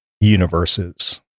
Universes